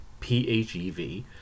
PHEV